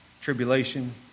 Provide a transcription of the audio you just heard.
tribulation